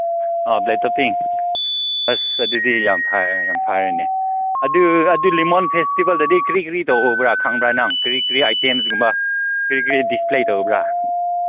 ꯑꯣ black topping ꯑꯁ ꯑꯗꯨꯗꯤ ꯌꯥꯝ ꯌꯥꯝ ꯐꯔꯦꯅꯦ ꯑꯗꯨ ꯑꯗꯨ ꯂꯤꯃꯣꯟ ꯐꯦꯁꯇꯤꯚꯦꯜꯗꯨꯗꯤ ꯀꯔꯤ ꯀꯔꯤ ꯇꯧꯕ꯭ꯔꯥ ꯈꯪꯕ꯭ꯔꯥ ꯅꯪ ꯀꯔꯤ ꯀꯔꯤ ꯑꯥꯏꯇꯦꯝꯁꯒꯨꯝꯕ ꯀꯔꯤ ꯀꯔꯤ ꯗꯤꯁꯄ꯭ꯂꯦ ꯇꯧꯕ꯭ꯔꯥ